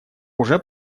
уже